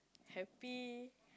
happy